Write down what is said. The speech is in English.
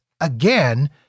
again